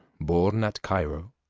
born at cairo,